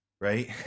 Right